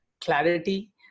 clarity